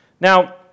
Now